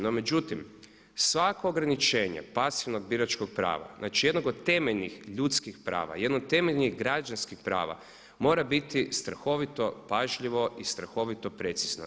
No međutim, svako ograničenje pasivnog biračkog prava, znači jednog od temeljnih ljudskih prava, jednog od temeljnih građanskih prava mora biti strahovito pažljivo i strahovito precizno.